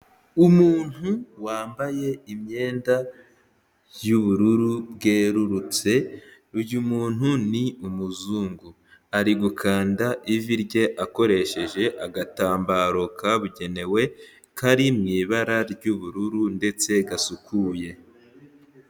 Umuntu wambaye imyenda y'ubururu bwerurutse, uyu muntu ni umuzungu, ari gukanda ivi rye, akoresheje agatambaro kabugenewe, kari mu ibara ry'ubururu ndetse gasukuye.